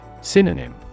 Synonym